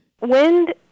Wind